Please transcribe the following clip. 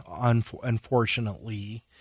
unfortunately